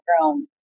grown